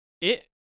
it-